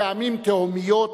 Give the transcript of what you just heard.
פעמים תהומיות,